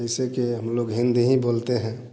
जैसे के हम लोग हिंदी ही बोलते हैं